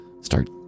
start